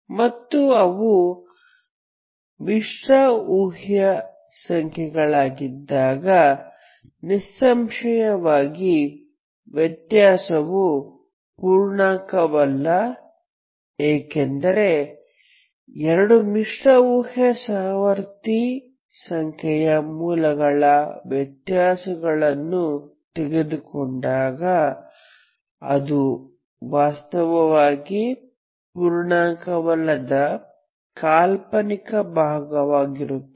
ಮತ್ತು ಅವು ಮಿಶ್ರ ಊಹ್ಯ ಸಂಖ್ಯೆಗಳಾಗಿದ್ದಾಗ ನಿಸ್ಸಂಶಯವಾಗಿ ವ್ಯತ್ಯಾಸವು ಪೂರ್ಣಾಂಕವಲ್ಲ ಏಕೆಂದರೆ ಎರಡು ಮಿಶ್ರ ಊಹ್ಯ ಸಹವರ್ತಿ ಸಂಖ್ಯೆಯ ಮೂಲಗಳ ವ್ಯತ್ಯಾಸವನ್ನು ತೆಗೆದುಕೊಂಡಾಗ ಅದು ವಾಸ್ತವವಾಗಿ ಪೂರ್ಣಾಂಕವಲ್ಲದ ಕಾಲ್ಪನಿಕ ಭಾಗವಾಗಿರುತ್ತದೆ